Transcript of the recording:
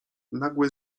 nagłe